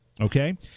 Okay